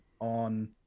on